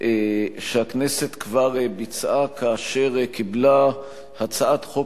שהכנסת כבר ביצעה כאשר קיבלה הצעת חוק